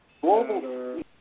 global